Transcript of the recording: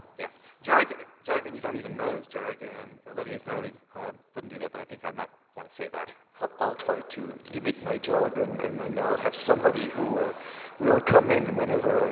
yeah jargon jargon you don't even know is jargon, olivier normally wouldn't do that, but i think i might want to say that. olivier ah i'll try to limit my jargon, and i now have somebody who will come in whenever